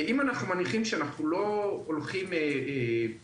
אם אנחנו מניחים שאנחנו לא הולכים -- כמחוקק,